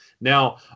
Now